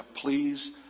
please